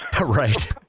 Right